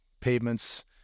pavements